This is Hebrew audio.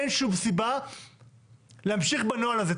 אין שום סיבה להמשיך בנוהל הזה.